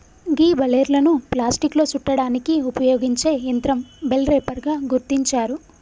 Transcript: గీ బలేర్లను ప్లాస్టిక్లో సుట్టడానికి ఉపయోగించే యంత్రం బెల్ రేపర్ గా గుర్తించారు